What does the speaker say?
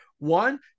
One